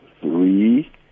three